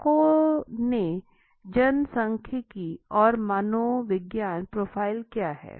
ग्राहकों के जनसांख्यिकीय और मनोवैज्ञानिक प्रोफाइल क्या है